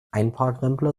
einparkrempler